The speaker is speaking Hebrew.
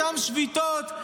אותן שביתות,